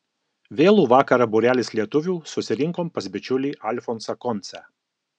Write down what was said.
vėlų vakarą būrelis lietuvių susirinkom pas bičiulį alfonsą koncę